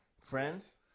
Friends